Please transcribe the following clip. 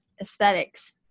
aesthetics